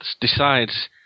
decides